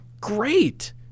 great